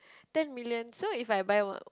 ten million so if I buy one